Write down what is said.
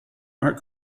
art